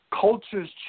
Cultures